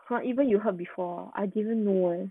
!huh! even you heard before I didn't know eh